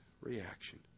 reaction